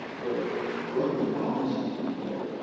the broken promises report,